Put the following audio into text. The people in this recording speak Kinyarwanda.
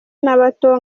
n’abato